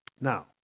Now